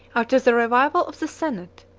after the revival of the senate,